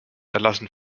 erlassen